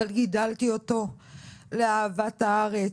אבל גידלתי אותו לאהבת הארץ,